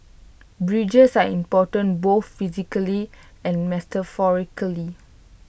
bridges are important both physically and metaphorically